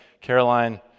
Caroline